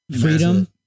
Freedom